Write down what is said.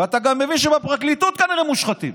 ואתה גם מבין שבפרקליטות כנראה מושחתים.